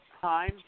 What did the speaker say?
time